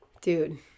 Dude